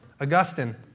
Augustine